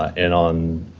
and on.